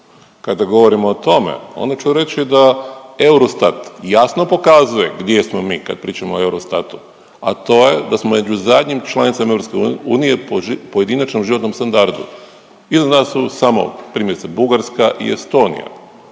Kada govorimo o tome, onda ću reći da Eurostat jasno pokazuje gdje smo mi kad pričamo o Eurostatu, a to je da smo među zadnjim članicama EU pojedinačno u životnom standardu. Iznad nas su samo, primjerice, Bugarska i Estonija